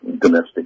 domestic